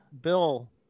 Bill